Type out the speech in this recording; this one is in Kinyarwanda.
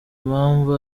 impamvu